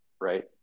right